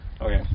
okay